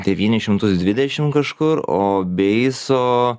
devynis šimtus dvidešim kažkur o beiso